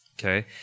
Okay